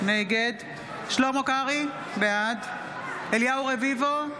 נגד שלמה קרעי, בעד אליהו רביבו,